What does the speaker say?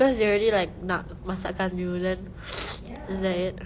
cause they already like nak masakkan you then is that it